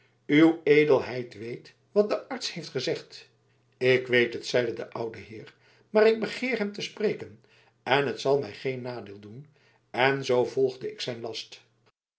uw edelheid weet wat de arts heeft gezegd ik weet het zeide de oude heer maar ik begeer hem te spreken en t zal mij geen nadeel doen en zoo volgde ik zijn last